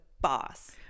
boss